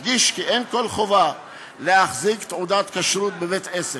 אדגיש כי אין כל חובה להחזיק תעודת כשרות בבית-עסק,